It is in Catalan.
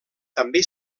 també